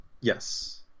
Yes